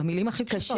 במילים הכי קשות.